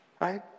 Right